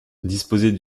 disposaient